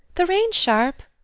the rain's sharp.